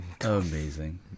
Amazing